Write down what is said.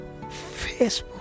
Facebook